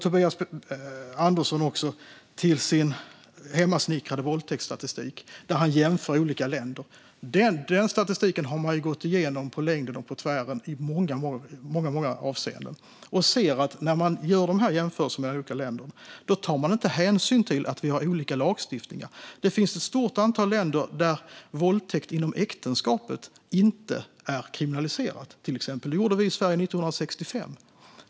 Tobias Andersson återkommer till sin hemmasnickrade våldtäktsstatistik där han jämför olika länder. Den statistiken har man gått igenom på längden och på tvären i många avseenden. Då framgår det att vid dessa jämförelser med olika länder tas inte hänsyn till att de har olika lagstiftningar. Det finns ett stort antal länder där våldtäkt inom äktenskapet inte är kriminaliserat. Det gjorde vi i Sverige 1965.